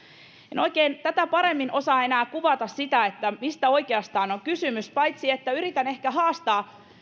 en oikein tätä paremmin osaa enää kuvata sitä mistä oikeastaan on kysymys paitsi että yritän ehkä haastaa sitä